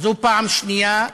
זו פעם שנייה,